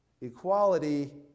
Equality